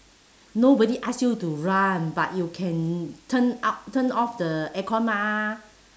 nobody ask you to run but you can turn up turn off the aircon mah